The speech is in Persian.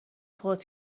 فوت